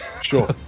Sure